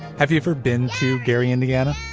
have you ever been to gary, indiana?